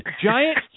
giant